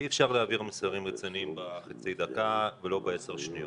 אי אפשר להעביר מסרים רציניים בחצי דקה וגם לא בעשר שניות,